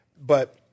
But-